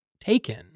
taken